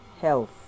health